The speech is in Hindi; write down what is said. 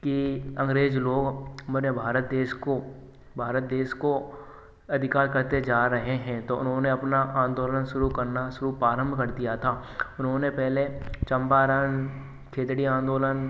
की अंग्रेज़ लोग हमरे भारत देश को भारत देश को अधिकार करते जा रहे हैं तो उन्होंने अपना आंदोलन शुरू करना शुरू प्रारंभ कर दिया था उन्होंने पहले चंपारण खिजड़ी आंदोलन